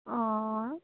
অঁ